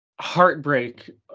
heartbreak